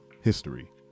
history